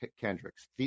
Kendricks